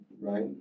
Right